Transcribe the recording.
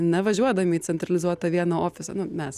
nevažiuodami į centralizuotą vieną ofisą nu mes